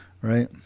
Right